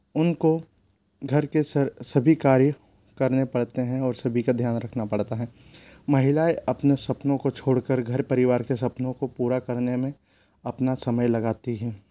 उनको घर के सभी कार्य करने पड़ते हैं और सभी का ध्यान रखना पड़ता है महिलाएँ अपने सपनों को छोड़ कर घर परिवार के सपनों को पूरा करने में अपना समय लगाती हैं